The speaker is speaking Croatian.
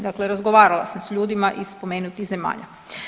Dakle, razgovarala sam s ljudima iz spomenutih zemalja.